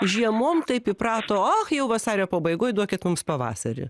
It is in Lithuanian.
žiemom taip įprato ach jau vasario pabaigoj duokit mums pavasarį